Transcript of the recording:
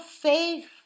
faith